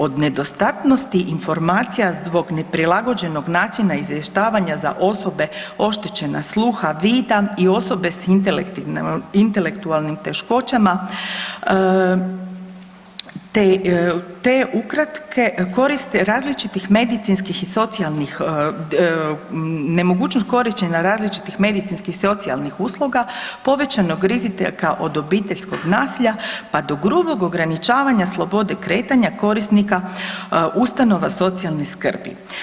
Od nedostatnosti informacija zbog neprilagođenog načina izvještavanja za osobe oštećena sluha, vida i osobe s intelektualnim teškoćama te ukratke koristi različitih medicinskih i socijalnih, nemogućnost korištenja različitih medicinskih i socijalnih usluga, povećanog rizika kao od obiteljskog nasilja pa do grubog ograničavanja slobode kretanja korisnika ustanova socijalne skrbi.